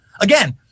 Again